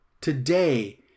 today